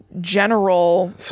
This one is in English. general